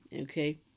okay